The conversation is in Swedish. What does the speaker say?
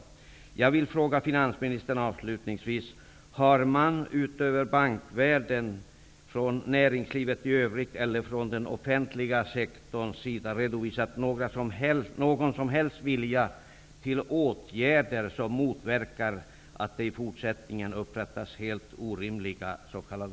Avslutningsvis vill jag fråga finansministern om man utöver från bankvärlden, dvs. från näringslivet i övrigt eller från den offentliga sektorn redovisat någon som helst vilja till åtgärder som motverkar att det i fortsättningen upprättas helt orimliga s.k.